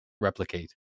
replicate